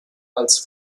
als